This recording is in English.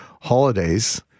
holidays